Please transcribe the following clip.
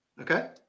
okay